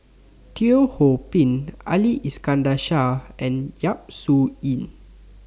Teo Ho Pin Ali Iskandar Shah and Yap Su Yin